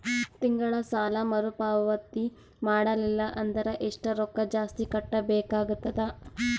ತಿಂಗಳ ಸಾಲಾ ಮರು ಪಾವತಿ ಮಾಡಲಿಲ್ಲ ಅಂದರ ಎಷ್ಟ ರೊಕ್ಕ ಜಾಸ್ತಿ ಕಟ್ಟಬೇಕಾಗತದ?